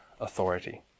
authority